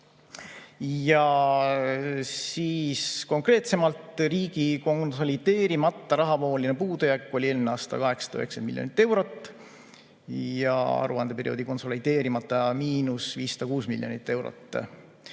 Konkreetsemalt riigi konsolideerimata rahavooline puudujääk oli eelmine aasta 890 miljonit eurot ja aruandeperioodi konsolideerimata miinus 506 miljonit eurot.